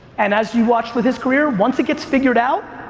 and as you watched with his career, once it gets figured out,